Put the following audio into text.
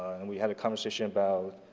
and we had a conversation about